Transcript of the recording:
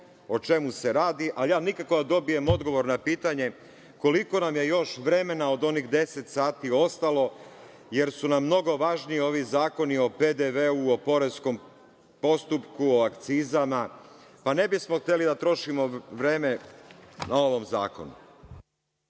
o čemu se radi, ali nikako da dobijem odgovor na pitanje - koliko nam je još vremena od onih 10 sati ostalo, jer su nam mnogo važniji ovi zakoni o PDV, o poreskom postupku, o akcizama, pa ne bismo hteli da trošimo vreme na ovom zakonu?